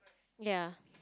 ya